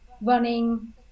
running